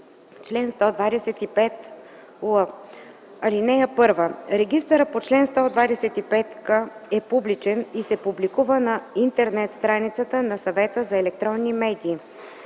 Регистърът по чл. 125к е публичен и се публикува на интернет страницата на Съвета за електронни медии.